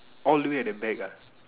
all the way at the back ah